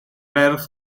ferch